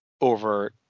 over